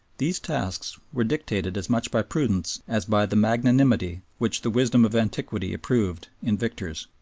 these tasks were dictated as much by prudence as by the magnanimity which the wisdom of antiquity approved in victors.